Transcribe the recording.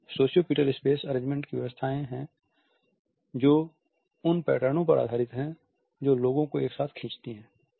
और sociopetal space arrangement वे व्यवस्थाएं हैं जो उन पैटर्नों पर आधारित हैं जो लोगों को एक साथ खींचती हैं